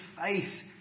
face